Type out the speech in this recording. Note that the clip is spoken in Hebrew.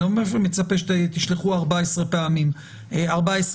אני לא מצפה שתשלחו 14 ימים,